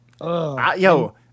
yo